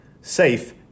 safe